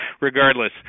regardless